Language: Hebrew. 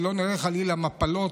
ולא נראה חלילה מפלות,